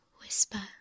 Whisper